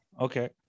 Okay